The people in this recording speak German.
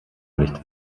nicht